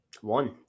One